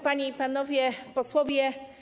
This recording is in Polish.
Panie i Panowie Posłowie!